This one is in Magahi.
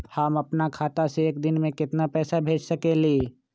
हम अपना खाता से एक दिन में केतना पैसा भेज सकेली?